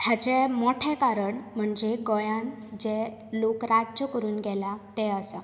हाचें मोठें कारण म्हणजे गोंयांत जे लोक राज्य करून गेल्या ते आसात